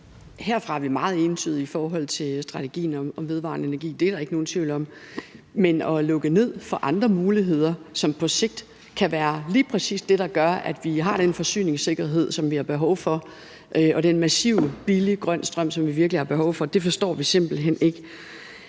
Herfra er vi meget entydige i forhold til strategien om vedvarende energi. Det er der ikke nogen tvivl om. Men at lukke ned for andre muligheder, som på sigt kan være lige præcis det, der gør, at vi har den forsyningssikkerhed, som vi har behov for, og den massive mængde billig grøn strøm, som vi virkelig har behov for, forstår vi simpelt hen ikke.